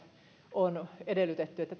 on edellytetty että